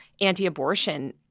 anti-abortion